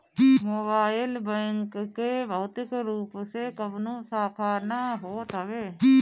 mobile bank के भौतिक रूप से कवनो शाखा ना होत हवे